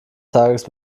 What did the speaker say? tages